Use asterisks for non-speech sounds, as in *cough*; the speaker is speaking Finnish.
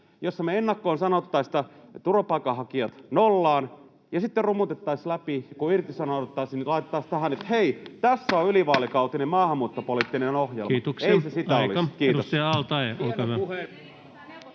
jossa me ennakkoon sanottaisiin, että turvapaikanhakijat nollaan, ja sitten rummutettaisiin läpi, kun irtisanouduttaisiin, laitettaisiin tähän, että hei, tässä on *noise* ylivaalikautinen maahanmuuttopoliittinen ohjelma. [Puhemies: